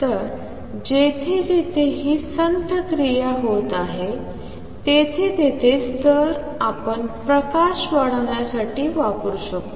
तर जिथे जिथे ही संथ क्रिया होत आहे ते ते स्तर आपण प्रकाश वाढवण्यासाठी वापरू शकु